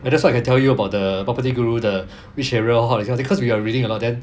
and that's why I can tell you about the property guru the which area hot you know because we are reading a lot then